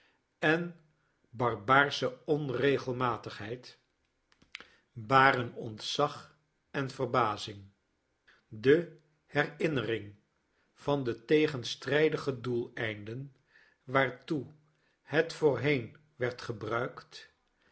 en barbaarsche onregelmatigheid baren ontzag en verbazing de herinnering van de tegenstrijdige doeleinden waartoe het voorheen werd gebruikt